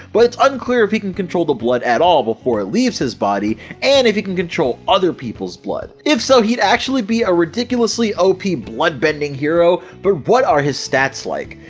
but it's unclear if he can control the blood at all before it leaves his body, and if he can control other people's blood. if so, he'd actually be a ridiculously op blood bending hero, but what are his stats like?